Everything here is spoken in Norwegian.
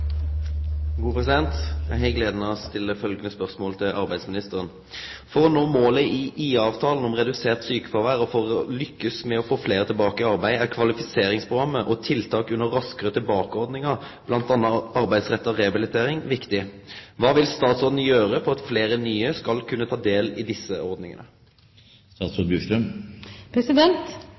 å nå målet i IA-avtalen om redusert sykefravær og for å lykkes med å få flere tilbake i arbeid, er kvalifiseringsprogrammet og tiltak under Raskere tilbake-ordningen, bl.a. arbeidsrettet rehabilitering, viktig. Hva vil statsråden gjøre for at flere nye skal kunne ta del i disse